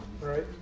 Right